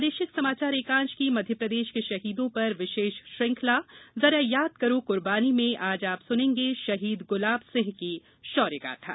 प्रादेशिक समाचार एकांश की मध्यप्रदेश के शहीदों पर विशेष श्रृंखला जरा याद करो कुर्बानी में आज आप सुनेंगे शहीद गुलाब सिंह की शौर्यगाथा